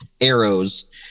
arrows